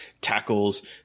tackles